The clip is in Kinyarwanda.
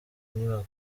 nyubako